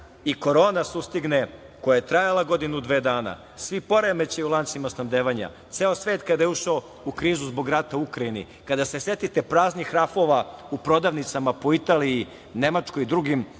i korona sustigne, koja je trajala godinu, dve dana, svi poremećaji u lancima snabdevanja, ceo svet kada je ušao u krizu zbog rata u Ukrajini, kada se setite praznih rafova u prodavnicama po Italiji, Nemačkoj i drugim